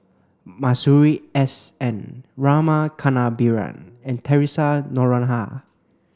Masuri S N Rama Kannabiran and Theresa Noronha